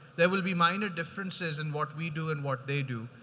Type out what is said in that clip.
there will be minor differences in what we do and what they do,